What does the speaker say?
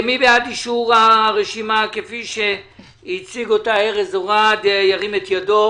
מי בעד אישור הרשימה כפי שהציג אותה ארז אורעד ירים את ידו?